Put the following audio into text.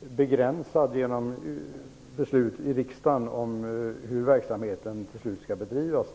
begränsas av beslut i riksdagen om hur verksamheten slutligen skall bedrivas.